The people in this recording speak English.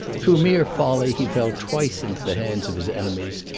through mere folly he fell twice into the hands of his enemies,